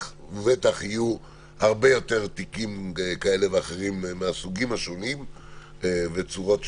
ובטח יהיו הרבה יותר תיקים מהסוגים השונים בצורות שונות,